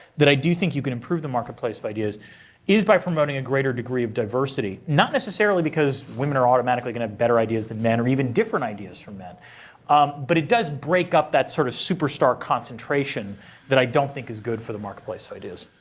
that i do think you can improve the marketplace of ideas is by promoting a greater degree of diversity. not necessarily because women are automatically going to have better ideas than men or even different ideas from men but it does break up that sort of superstar concentration that i don't think is good for the marketplace of ideas.